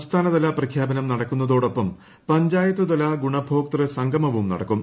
സംസ്ഥാനതല പ്രഖ്യാപനം നടക്കുന്നതോടൊപ്പം പഞ്ചായത്തുതല ഗുണഭോക്തൃ സംഗമവും നടക്കും